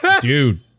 dude